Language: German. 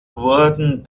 wurden